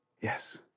Yes